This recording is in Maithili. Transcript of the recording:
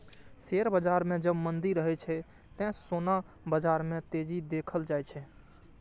शेयर बाजार मे जब मंदी रहै छै, ते सोना बाजार मे तेजी देखल जाए छै